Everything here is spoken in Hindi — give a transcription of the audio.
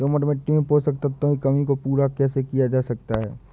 दोमट मिट्टी में पोषक तत्वों की कमी को पूरा कैसे किया जा सकता है?